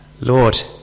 Lord